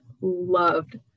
loved